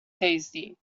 tasty